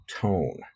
tone